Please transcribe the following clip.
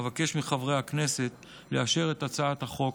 אבקש מחברי הכנסת לאשר את הצעת החוק